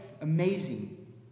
amazing